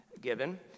given